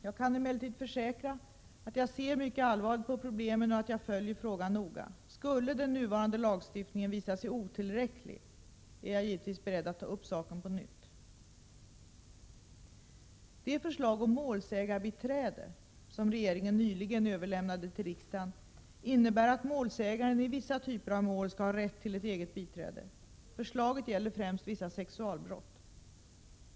Jag kan emellertid försäkra att jag ser mycket allvarligt på problemen och att jag följer frågan noga. Skulle den nuvarande lagstiftningen visa sig otillräcklig är jag givetvis beredd att ta upp saken på nytt. Det förslag om målsägandebiträde som regeringen nyligen överlämnade till riksdagen innebär att målsäganden i vissa typer av mål skall ha rätt till ett eget biträde. Förslaget gäller främst vissa sexualbrott.